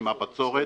עם הבצורת.